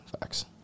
facts